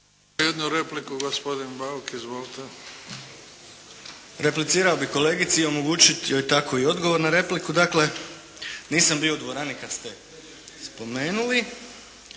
jednu repliku. Gospodin Bauk. Izvolite. **Bauk, Arsen (SDP)** Replicirao bih kolegici i omogućiti joj tako odgovor na repliku. Dakle, nisam bio u dvorani kad ste spomenuli.